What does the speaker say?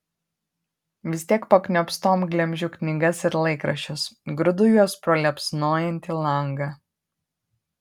vis tiek pakniopstom glemžiu knygas ir laikraščius grūdu juos pro liepsnojantį langą